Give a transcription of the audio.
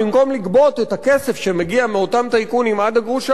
במקום לגבות את הכסף שמגיע מאותם טייקונים עד הגרוש האחרון,